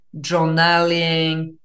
journaling